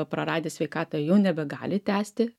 praradę sveikatą jau nebegali tęsti